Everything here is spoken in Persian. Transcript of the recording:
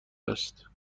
است